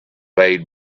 made